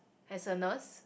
as a nurse